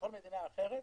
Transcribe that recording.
בכל מדינה אחרת